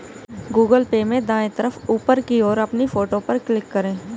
Google Pay में दाएं तरफ ऊपर की ओर अपनी फोटो पर क्लिक करें